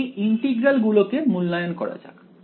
এখন এই ইন্টিগ্রাল গুলোকে মূল্যায়ন করা যাক